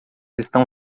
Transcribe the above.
estão